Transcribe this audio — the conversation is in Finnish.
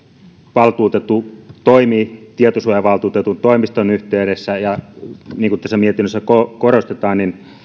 valtuutettu toimii tietosuojavaltuutetun toimiston yhteydessä ja niin kuin tässä mietinnössä korostetaan